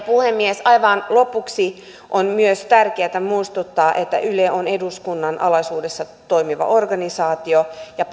puhemies aivan lopuksi on myös tärkeätä muistuttaa että yle on eduskunnan alaisuudessa toimiva organisaatio ja